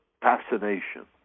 fascination